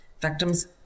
victims